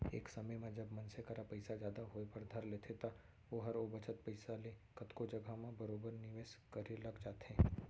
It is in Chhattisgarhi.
एक समे म जब मनसे करा पइसा जादा होय बर धर लेथे त ओहर ओ बचत पइसा ले कतको जघा म बरोबर निवेस करे लग जाथे